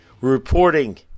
Reporting